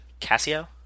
Casio